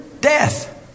Death